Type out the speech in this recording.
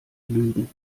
lügen